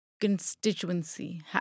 constituency